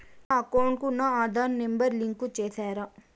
నా అకౌంట్ కు నా ఆధార్ నెంబర్ లింకు చేసారా